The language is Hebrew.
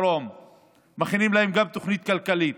מכינים להם תוכנית כלכלית